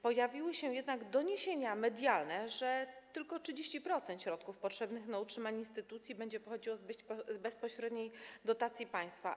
Pojawiły się jednak doniesienia medialne, że tylko 30% środków potrzebnych na utrzymanie instytucji będzie pochodziło z bezpośredniej dotacji państwa.